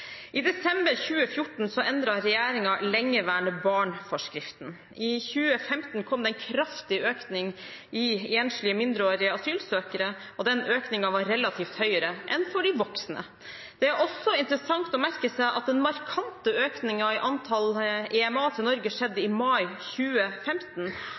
I desember 2014 endret regjeringen forskriften for lengeværende barn. I 2015 kom det en kraftig økning i antallet enslige mindreårige asylsøkere, EMA, og den økningen var relativt høyere enn for de voksne. Det er også interessant å merke seg at den markante økningen i antall EMA til Norge